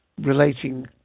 relating